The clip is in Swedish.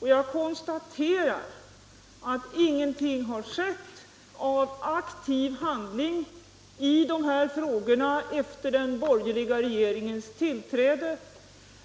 Och jag konstaterar att ingenting har skett av aktiv handling i de här frågorna efter den borgerliga regeringens tillträde,